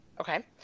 Okay